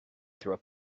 through